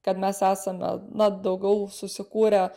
kad mes esame na daugiau susikūrę